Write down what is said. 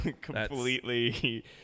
completely